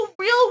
real